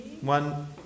one